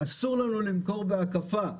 אסור לנו למכור בהקפה.